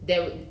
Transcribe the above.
there's